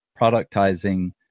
productizing